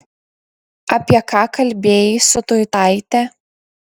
apie ką kalbėjai su tuitaite